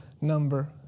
number